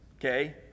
okay